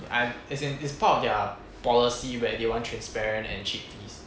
I'm as in it's part of their policy where they want transparent and cheap fees